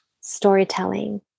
storytelling